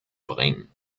bringen